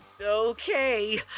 Okay